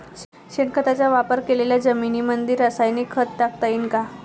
शेणखताचा वापर केलेल्या जमीनीमंदी रासायनिक खत टाकता येईन का?